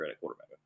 quarterback